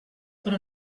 però